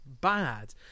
bad